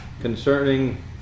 concerning